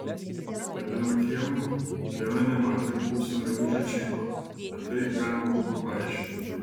eidama kiemu lena nematė buvusio meilužio džipo bet tai galima buvo paaiškinti